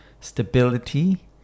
stability